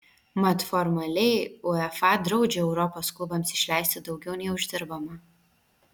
mat formaliai uefa draudžia europos klubams išleisti daugiau nei uždirbama